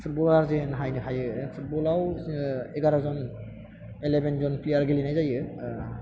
footballer जाहैनो हायो football आव जोङो एगार' ज'न इलेभेन ज'न प्लेयार गेलेनाय जायो